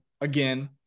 again